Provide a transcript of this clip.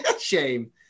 Shame